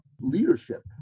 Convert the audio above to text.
leadership